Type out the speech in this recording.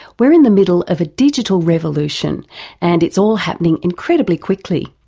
we're in the middle of a digital revolution and it's all happening incredibly quickly.